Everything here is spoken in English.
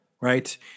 right